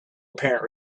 apparent